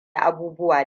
abubuwa